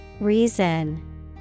Reason